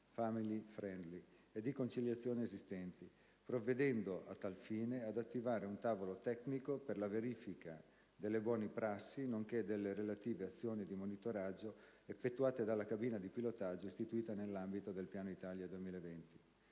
e di conciliazione esistenti, provvedendo a tal fine ad attivare un tavolo tecnico per la verifica delle buoni prassi nonché delle relative azioni di monitoraggio effettuate dalla cabina di pilotaggio istituita nell'ambito del Piano Italia 2020.